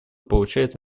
получают